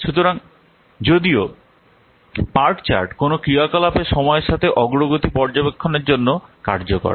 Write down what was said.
সুতরাং যদিও part chart কোন ক্রিয়াকলাপের সময়ের সাথে অগ্রগতি পর্যবেক্ষণের জন্য কার্যকর